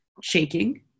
shaking